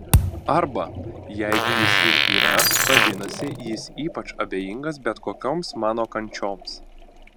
arba jeigu jis ir yra vadinasi jis ypač abejingas bet kokioms mano kančioms